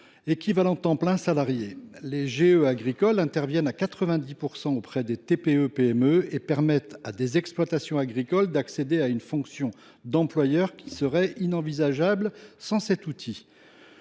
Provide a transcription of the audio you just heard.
équivalents temps plein (ETP) salariés. Les GE agricoles interviennent à 90 % auprès de TPE PME et permettent à des exploitations agricoles d’accéder à une fonction d’employeur qui serait inenvisageable sans cet outil.